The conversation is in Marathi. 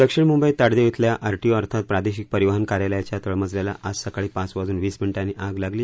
दक्षिण मंबईत ताडदेव अल्या आर टी ओ अर्थात प्रादेशिक परिवहन कार्यालयाच्या तळमजल्याला आज सकाळी पाच वाजुन वीस मिनीटांनी आग लागली